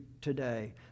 today